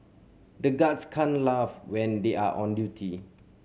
the guards can't laugh when they are on duty